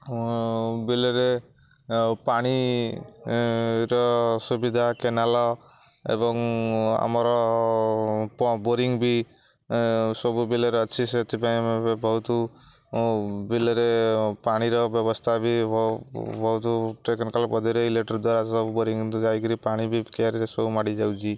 ବିଲରେ ପାଣିର ସୁବିଧା କେନାଲ ଏବଂ ଆମର ବୋରିଂ ବି ସବୁ ବିଲରେ ଅଛି ସେଥିପାଇଁ ଏବେ ବହୁତ ବିଲରେ ପାଣିର ବ୍ୟବସ୍ଥା ବି ବହୁତ ଟେକ୍ନିକାଲ ପଦ୍ଧତିରେ ଇଲେକ୍ଟ୍ରି ଦ୍ୱାରା ସବୁ ବୋରିଂ ଯାଇକରି ପାଣି ବି କିଆରିରେ ସବୁ ମାଡ଼ିଯାଉଛି